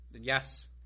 yes